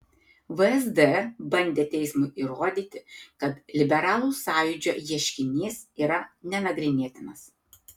vsd bandė teismui įrodyti kad liberalų sąjūdžio ieškinys yra nenagrinėtinas